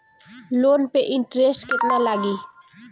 Loan पे interest केतना लागी?